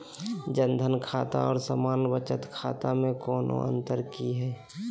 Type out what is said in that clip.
जन धन खाता और सामान्य बचत खाता में कोनो अंतर है की?